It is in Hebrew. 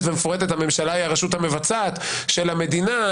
ומפורטת: הממשלה היא הרשות המבצעת של המדינה,